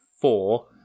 four